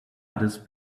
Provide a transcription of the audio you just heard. others